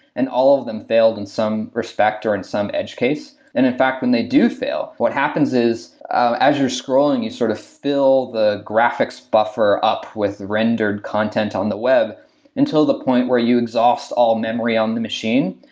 and all of them failed in some respect toward and some edge case. and in fact, when they do fail, what happens is as you're scrolling, you sort of fill the graphics buffer up with rendered content on the web until the point where you exhaust all memory on the machine.